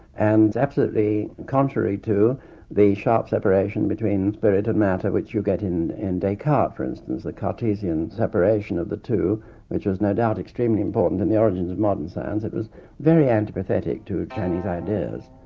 and is absolutely contrary to the sharp separation between spirit and matter which you get in and descartes for instance, the cartesian separation of the two which was no doubt extremely important in the origins of modern science but it was very antipathetic to chinese ideas.